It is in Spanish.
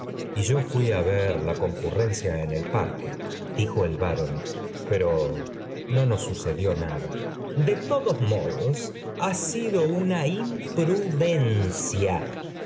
colegio de cirujanos fuí ve la concurrencia en el parque dijo el baronet pero no nos sucedió nada i modos ha sido una imprudencia